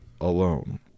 alone